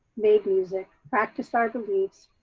made music, practice our beliefs,